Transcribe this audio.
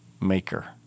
Maker